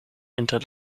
inter